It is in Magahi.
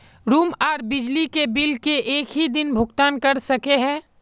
रूम आर बिजली के बिल एक हि दिन भुगतान कर सके है?